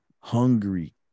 hungry